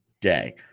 day